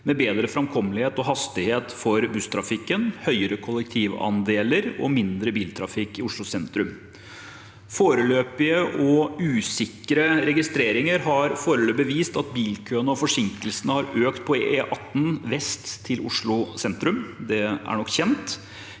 med bedre framkommelighet og hastighet for busstrafikken, høyere kollektivandeler og mindre biltrafikk i Oslo sentrum. Foreløpige og usikre registreringer har vist at bilkøene og forsinkelsene har økt på E18 vest til Oslo sentrum. Det er nok kjent.